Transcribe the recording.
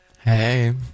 Hey